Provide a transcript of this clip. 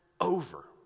over